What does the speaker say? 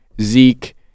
Zeke